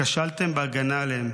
כשלתם בהגנה עליהם.